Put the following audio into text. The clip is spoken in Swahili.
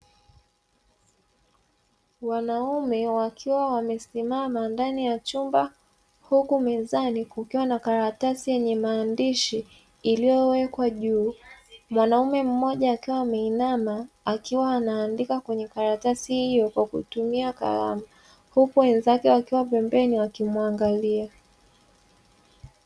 Wanaume wakiwa wamesimama ndani ya chumba, huku mezani kukiwa na karatasi yenye maandishi iliyowekwa juu; mwanaume mmoja akawa ameinama, akiwa anaandika kwenye karatasi hiyo kwa kutumia kalamu, huku wenzake wakiwa pembeni wakimuangalia.